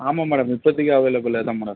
ஆமாம் மேடம் இப்பதிக்கி அவைலபிள் இதான் மேடம்